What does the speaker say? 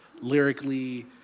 lyrically